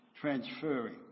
transferring